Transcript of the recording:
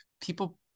people